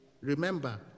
remember